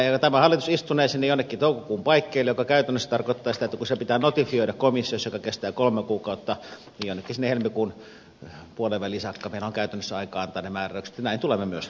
tämä hallitus istunee sinne jonnekin toukokuun paikkeille mikä käytännössä tarkoittaa sitä että kun se pitää notifioida komissiossa mikä kestää kolme kuukautta niin ainakin sinne helmikuun puoleenväliin saakka meillä on käytännössä aikaa antaa ne määräykset ja näin tulemme myös tekemään